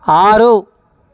ఆరు